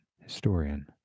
historian